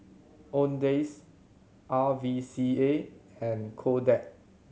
Owndays R V C A and Kodak